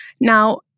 Now